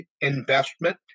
investment